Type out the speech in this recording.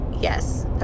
Yes